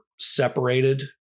separated